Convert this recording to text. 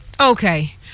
Okay